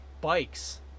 bikes